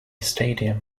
stadium